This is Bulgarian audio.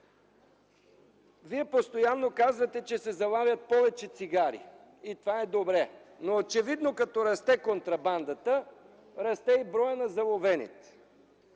Вие постоянно казвате, че се залагат повече цигари и това е добре, но очевидно като расте контрабандата, расте и броят на заловените.